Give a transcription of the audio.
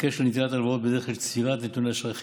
בקשר לנטילת הלוואות בדרך של צבירת נתוני אשראי חיוביים.